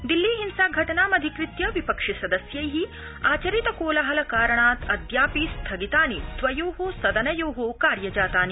दिल्ली हिंसा घटनामधिकृत्य विपक्षिसदस्यै आचरित कोलाहल कारणात् अद्यापि स्थगितानि द्वयो सदनयो कार्यजातानि